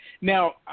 Now